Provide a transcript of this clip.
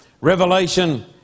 Revelation